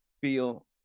feel